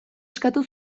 eskatu